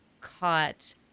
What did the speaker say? caught